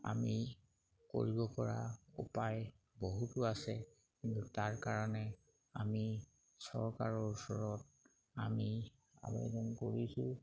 আমি কৰিবপৰা উপায় বহুতো আছে কিন্তু তাৰ কাৰণে আমি চৰকাৰৰ ওচৰত আমি আবেদন কৰিছোঁ